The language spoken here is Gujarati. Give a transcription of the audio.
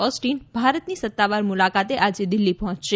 ઓસ્ટીન ભારતની સત્તાવાર મુલાકાત આજે દિલ્ફી પહોંચશે